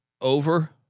over